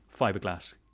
fiberglass